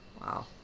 Wow